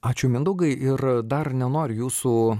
ačiū mindaugai ir dar nenoriu jūsų